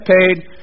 paid